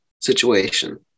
situation